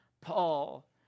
Paul